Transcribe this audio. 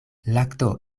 lakto